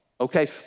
Okay